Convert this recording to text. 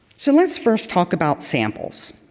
so let's first talk about samples